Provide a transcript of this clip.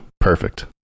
Perfect